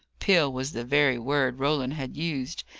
pill was the very word roland had used.